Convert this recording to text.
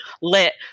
let